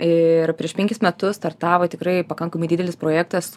ir prieš penkis metus startavo tikrai pakankamai didelis projektas